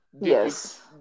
Yes